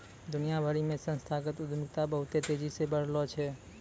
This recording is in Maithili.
दुनिया भरि मे संस्थागत उद्यमिता बहुते तेजी से बढ़लो छै